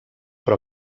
però